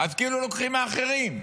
אז כאילו לוקחים מאחרים.